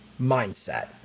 mindset